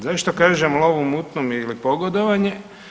Zašto kažem lov u mutnom ili pogodovanje?